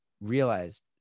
realized